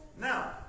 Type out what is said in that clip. now